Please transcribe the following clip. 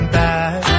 back